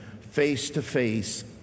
face-to-face